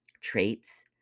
traits